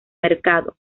mercado